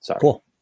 Cool